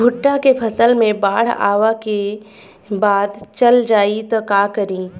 भुट्टा के फसल मे बाढ़ आवा के बाद चल जाई त का करी?